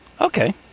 Okay